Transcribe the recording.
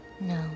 No